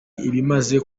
ibimaze